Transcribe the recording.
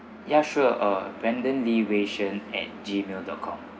ya sure uh brendan lee wei shen at gmail dot com